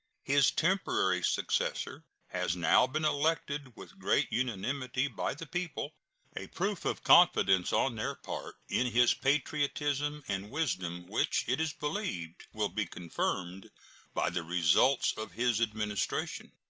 his temporary successor has now been elected with great unanimity by the people a proof of confidence on their part in his patriotism and wisdom which it is believed will be confirmed by the results of his administration.